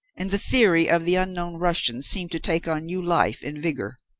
and the theory of the unknown russian seemed to take on new life and vigour.